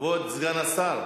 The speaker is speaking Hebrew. כבוד סגן השר,